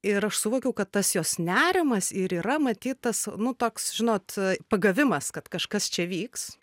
ir aš suvokiau kad tas jos nerimas ir yra matyt tas nu toks žinot pagavimas kad kažkas čia vyks